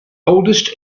oldest